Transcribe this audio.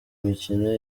mikino